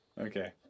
Okay